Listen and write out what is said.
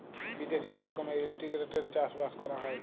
বিদ্যাশে ই রকমের ইলটিগ্রেটেড চাষ বাস ক্যরা হ্যয়